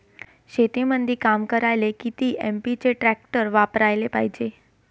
शेतीमंदी काम करायले किती एच.पी चे ट्रॅक्टर वापरायले पायजे?